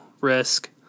risk